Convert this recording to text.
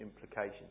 implications